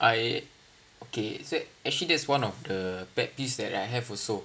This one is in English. I okay actually that's one of the pet peeves that I have also